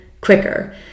quicker